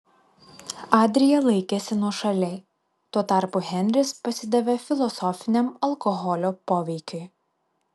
adrija laikėsi nuošaliai tuo tarpu henris pasidavė filosofiniam alkoholio poveikiui